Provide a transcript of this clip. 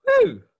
Woo